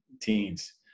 teens